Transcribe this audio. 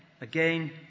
again